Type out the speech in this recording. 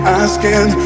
asking